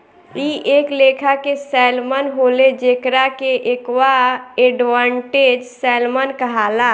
इ एक लेखा के सैल्मन होले जेकरा के एक्वा एडवांटेज सैल्मन कहाला